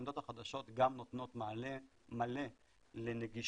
העמדות החדשות גם נותנות מענה מלא לנגישות